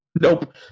Nope